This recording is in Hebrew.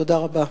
תודה רבה.